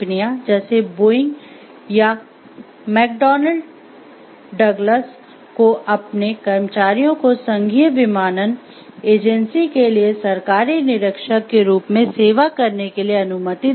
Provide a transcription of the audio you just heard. जैसे एक दृष्टांत के रूप में सेवा करने के लिए अनुमति देती है